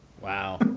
Wow